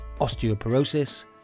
osteoporosis